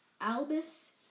Albus